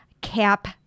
cap